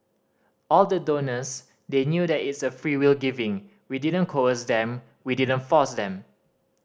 all the donors they knew that it's a freewill giving we didn't coerce them we didn't force them